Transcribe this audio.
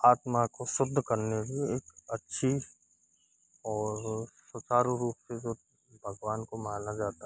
आत्मा को शुद्ध करने की एक अच्छी और सुचारू रूप से जो भगवान को माना जाता है